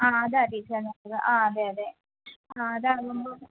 ആ അതാ ടീച്ചറെ നല്ലത് ആ അതെ അതെ ആ അതാകുമ്പം